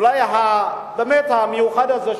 אולי באמת המיוחד הזה,